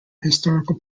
historical